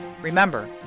Remember